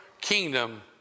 kingdom